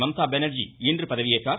மம்தா பானா்ஜி இன்று பதவியேற்றார்